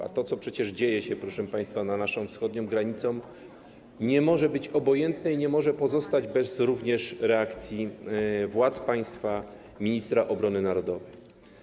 A to, co przecież dzieje się, proszę państwa, za naszą wschodnią granicą, nie może być obojętne i nie może pozostać również bez reakcji władz państwa, ministra obrony narodowej.